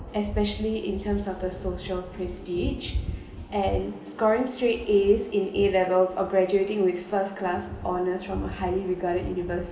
especially in terms of the social prestige and scoring straight A's in a-levels or graduating with first class honours from a highly regarded university